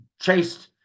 chased